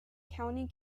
county